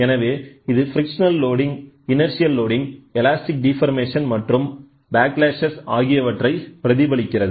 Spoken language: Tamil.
எனவேஇது frictional loading inertial loading elastic deformation மற்றும் ப்ளாக்ளாஷ் ஆகியவற்றை பிரதிபலிக்கிறது